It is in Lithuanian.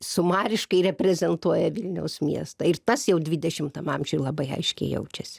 sumariškai reprezentuoja vilniaus miestą ir tas jau dvidešimtam amžiuj labai aiškiai jaučiasi